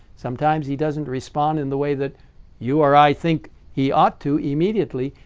sometimes he doesn't respond in the way that you are i think he ought to immediately.